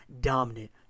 dominant